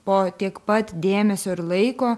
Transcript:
po tiek pat dėmesio ir laiko